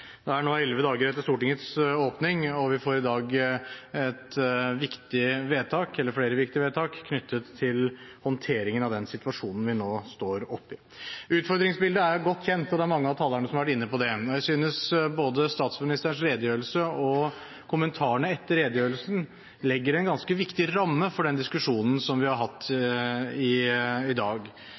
Det er nå elleve dager siden Stortingets åpning, og vi får i dag flere viktige vedtak knyttet til håndteringen av den situasjonen vi nå står oppe i. Utfordringsbildet er godt kjent, og det er mange av talerne som har vært inne på det. Men jeg synes både statsministerens redegjørelse og kommentarene etter redegjørelsen legger en ganske viktig ramme for den diskusjonen som vi har hatt i dag.